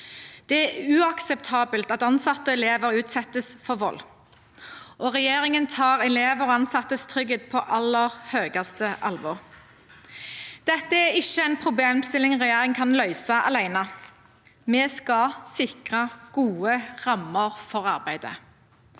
Det er uakseptabelt at ansatte og elever utsettes for vold, og regjeringen tar elevers og ansattes trygghet på aller høyeste alvor. Dette er ikke en problemstilling regjeringen kan løse alene. Vi skal sikre gode rammer for arbeidet.